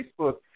Facebook